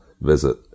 visit